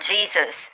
Jesus